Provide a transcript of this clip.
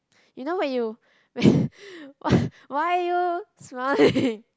you know when you when why why you smiling